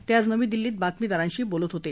ते आज नवी दिल्लीत बातमीदारांशी बोलत होते